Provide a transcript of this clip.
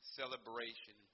celebration